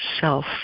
self